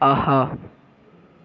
ஆஹா